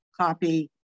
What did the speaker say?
copy